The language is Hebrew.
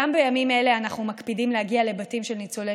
גם בימים האלה אנחנו מקפידים להגיע לבתים של ניצולי